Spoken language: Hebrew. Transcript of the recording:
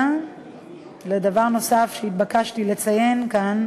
ודבר נוסף שהתבקשתי לציין כאן,